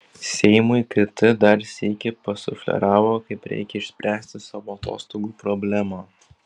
seimui kt dar sykį pasufleravo kaip reikia išspręsti savo atostogų problemą